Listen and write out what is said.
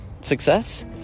success